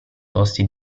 costi